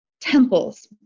temples